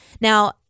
Now